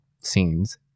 scenes